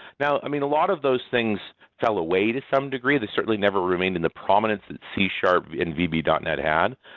now, a lot of those things fell away to some degree that certainly never remained in the prominence that c in vb dot net had,